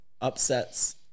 upsets